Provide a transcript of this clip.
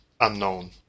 unknown